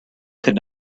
could